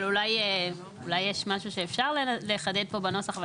אבל אולי יש משהו שאפשר לחדד פה בנוסח.